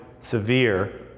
severe